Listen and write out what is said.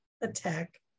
attack